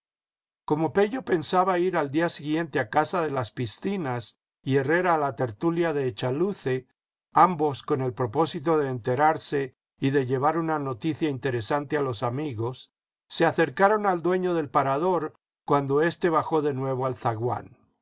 como pello pensaba ir al día siguiente a casa de las piscinas y herrera a la tertulia de echaluce ambos con el propósito de enterarse y de llevar una noticia interesante a los amigos se acercaron al dueño del parador cuando éste bajó de nuevo al zaguán